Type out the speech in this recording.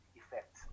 effect